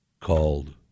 called